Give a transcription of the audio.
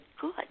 Good